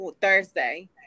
Thursday